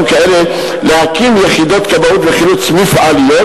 כאלה להקים יחידות כבאות וחילוץ מפעליות,